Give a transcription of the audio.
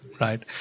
right